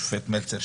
השופט מלצר,